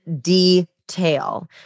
detail